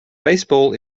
baseball